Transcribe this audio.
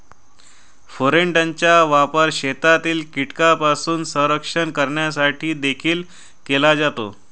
फोरेटचा वापर शेतातील कीटकांपासून संरक्षण करण्यासाठी देखील केला जातो